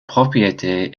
propriété